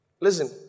Listen